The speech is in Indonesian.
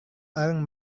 orang